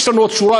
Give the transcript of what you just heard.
ויש לנו עוד שורה,